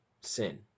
sin